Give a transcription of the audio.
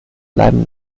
bleiben